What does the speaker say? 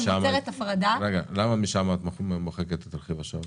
לא הבנתי למה משם את מוחקת את רכיב השעות?